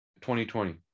2020